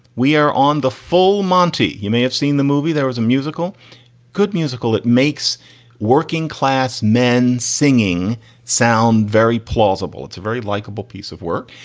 we are on the full monty. you may have seen the movie. there was a musical good musical that makes working class men singing sound very plausible. it's a very likable piece of work.